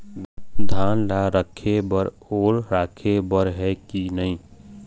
धान ला रखे बर ओल राखे बर हे कि नई?